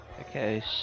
okay